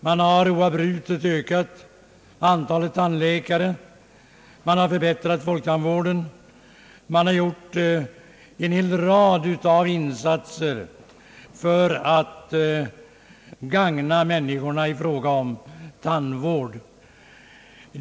Man har oavbrutet ökat antalet tandläkare och man har förbättrat folktandvården. Man har gjort en hel rad insatser för att gagna medborgarna i fråga om tandvård.